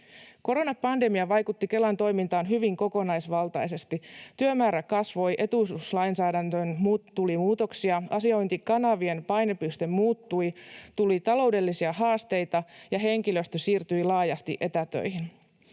Koronapandemia vaikutti Kelan toimintaan hyvin kokonaisvaltaisesti. Työmäärä kasvoi, etuisuuslainsäädäntöön tuli muutoksia, asiointikanavien painopiste muuttui, tuli taloudellisia haasteita, ja henkilöstö siirtyi laajasti etätöihin.